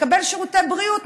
מקבל שירותי בריאות,